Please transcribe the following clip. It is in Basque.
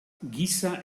giza